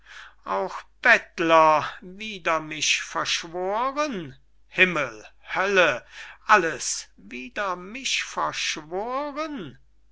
auch bettler wider mich verschworen himmel hölle alles wider mich verschworen